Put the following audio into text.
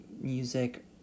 music